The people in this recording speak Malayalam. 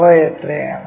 അവ എത്രയാണ്